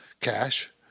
cash